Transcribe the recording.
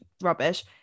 rubbish